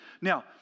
Now